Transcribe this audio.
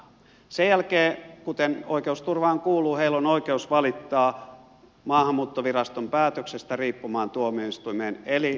sen jälkeen kuten oikeusturvaan kuuluu heillä on oikeus valittaa maahanmuuttoviraston päätöksestä riippumattomaan tuomioistuimeen eli hallinto oikeuteen